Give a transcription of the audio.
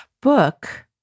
book